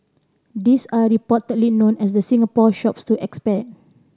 these are reportedly known as the Singapore Shops to expat